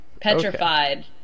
Petrified